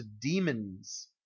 demons